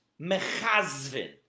mechazvin